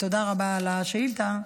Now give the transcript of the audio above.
תודה רבה על השאילתה,